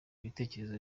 ibitekerezo